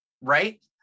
right